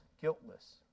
guiltless